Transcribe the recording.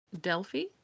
Delphi